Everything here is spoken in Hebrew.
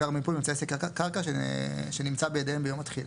מיפוי ממצאי סקר קרקע שנמצא בידיהם ביום התחילה.